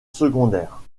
secondaire